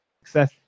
success